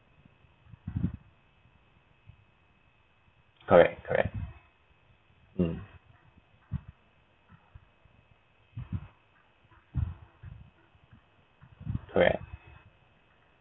correct correct mm correct